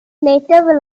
later